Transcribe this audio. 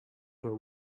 were